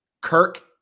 Kirk